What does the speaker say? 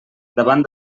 davant